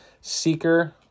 Seeker